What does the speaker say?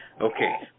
Okay